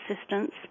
assistance